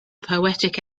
poetic